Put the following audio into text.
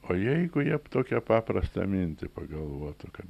o jeigu jie tokią paprastą mintį pagalvotų kad